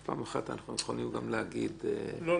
פעם אחת אנחנו יכולים גם להגיד -- לא,